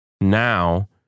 now